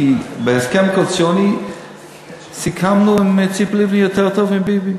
כי עם ציפי לבני סיכמנו הסכם קואליציוני יותר טוב מאשר